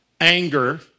anger